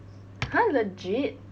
!huh! legit